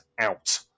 out